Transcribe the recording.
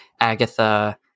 Agatha